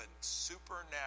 supernatural